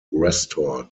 restored